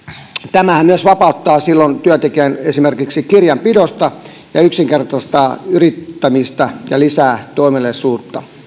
tämähän myös vapauttaa silloin työntekijän esimerkiksi kirjanpidosta ja yksinkertaistaa yrittämistä ja lisää toimeliaisuutta